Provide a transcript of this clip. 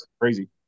crazy